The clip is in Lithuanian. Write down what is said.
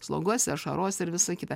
sloguosi ašarosi ir visa kita